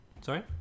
Sorry